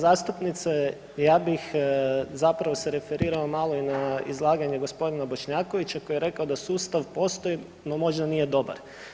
Uvažena zastupnice ja bih zapravo se referirao malo i na izlaganje gospodina Bošnjakovića koji je rekao da sustav postoji no možda nije dobar.